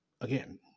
again